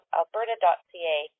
alberta.ca